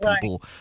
people